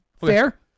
Fair